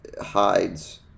Hides